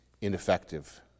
ineffective